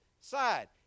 side